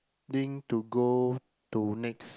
ding to go to next